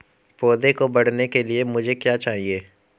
पौधे के बढ़ने के लिए मुझे क्या चाहिए?